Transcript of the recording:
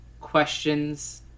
questions